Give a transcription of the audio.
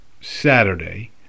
Saturday